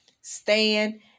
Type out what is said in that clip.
stand